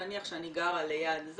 נניח שאני גרה ליד,